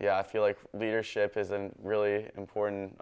yeah i feel like leadership is a really important